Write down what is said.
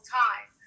time